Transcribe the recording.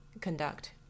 conduct